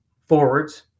forwards